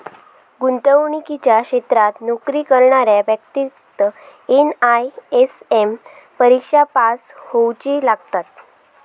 गुंतवणुकीच्या क्षेत्रात नोकरी करणाऱ्या व्यक्तिक एन.आय.एस.एम परिक्षा पास होउची लागता